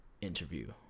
interview